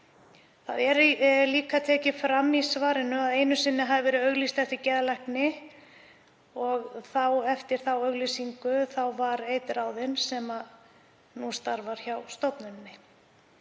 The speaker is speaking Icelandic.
Það er líka tekið fram í svarinu að einu sinni hafi verið auglýst eftir geðlækni og eftir auglýsingu var einn ráðinn sem nú starfar hjá stofnuninni.